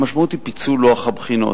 המשמעות היא פיצול לוח הבחינות.